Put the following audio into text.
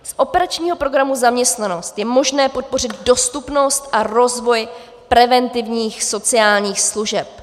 Z operačního programu Zaměstnanost je možné podpořit dostupnost a rozvoj preventivních sociálních služeb.